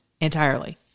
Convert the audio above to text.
entirely